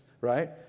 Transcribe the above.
right